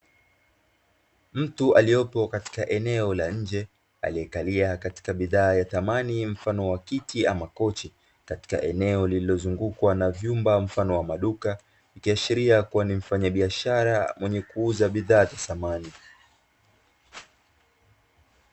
Mtu aliyopo katika eneo la nje aliyekalia katika bidhaa ya samani mfano wa kiti ama kochi katika eneo lililozungukwa na vyumba, mfano wa maduka ikiashiria kuwa ni mfanyabiashara mwenye kuuza bidhaa za samani.